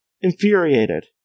Infuriated